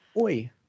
Oi